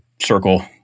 circle